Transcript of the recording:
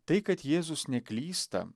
tai kad jėzus neklysta